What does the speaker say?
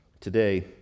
today